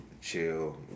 chill